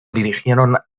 dirigieron